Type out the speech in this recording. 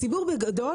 בגדול,